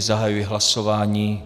Zahajuji hlasování.